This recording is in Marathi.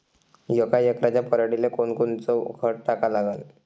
यका एकराच्या पराटीले कोनकोनचं खत टाका लागन?